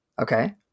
Okay